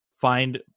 find